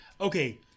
okay